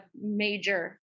major